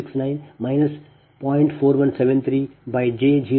ಅಂತೆಯೇ I13V1f V3fZ130